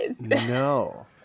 No